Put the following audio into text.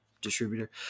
distributor